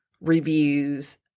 reviews